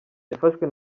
yafashwe